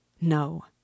No